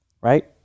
right